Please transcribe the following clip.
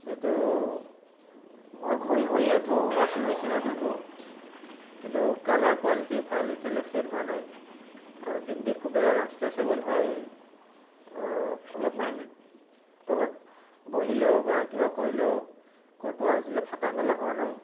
এইটো মই ঘঁহি ঘঁহিয়ে ধোওঁ ৱাচিং মেচিনতো ধোওঁ কিন্তু কালাৰ কোৱালিটি ভাল এতিয়ালৈ ফেড হোৱা নাই আৰু পিন্ধি খুবেই আৰাম ষ্ট্ৰেচেবল হয় অলপমান তলত বহিলেও বা কিবা কৰিলেও কতো আজিলৈ ফটা মেলা হোৱা নাই